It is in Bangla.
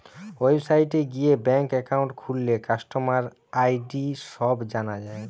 ওয়েবসাইটে গিয়ে ব্যাঙ্ক একাউন্ট খুললে কাস্টমার আই.ডি সব জানা যায়